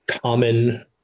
common